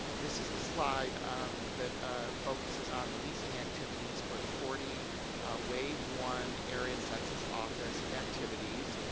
this is the slide um that focuses on the leaseing activities for the forty wave one area census office activities.